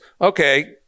okay